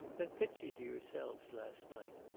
then picture to yourselves last night,